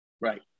right